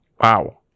Wow